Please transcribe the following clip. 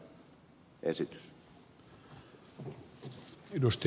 herra puhemies